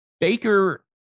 baker